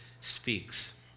speaks